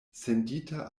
sendita